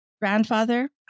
Grandfather